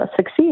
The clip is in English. succeed